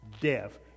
death